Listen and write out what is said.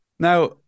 Now